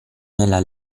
nella